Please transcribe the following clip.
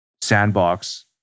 sandbox